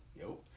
yo